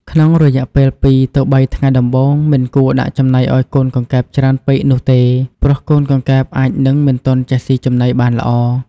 ក្នុងរយៈពេល ២ ទៅ ៣ ថ្ងៃដំបូង មិនគួរដាក់ចំណីឲ្យកូនកង្កែបច្រើនពេកនោះទេ ព្រោះកូនកង្កែបអាចនឹងមិនទាន់ចេះស៊ីចំណីបានល្អ។